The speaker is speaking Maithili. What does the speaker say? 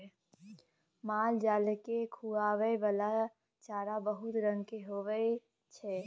मालजाल केँ खुआबइ बला चारा बहुत रंग केर होइ छै